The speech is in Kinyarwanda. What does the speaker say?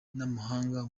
n’amahanga